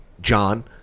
John